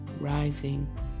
rising